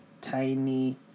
Tiny